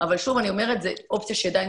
אבל שוב אני אומרת שזו אופציה שעדיין